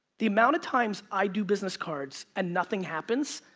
the amount of times i do business cards and nothing happens,